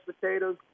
potatoes